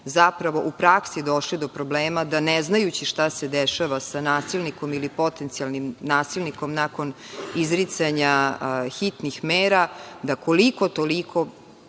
zapravo u praksi došli do problema, da ne znajući šta se dešava sa nasilnikom ili potencijalnim nasilnikom, nakon izricanja hitnih mera, da koliko toliko,